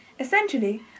Essentially